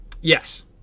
Yes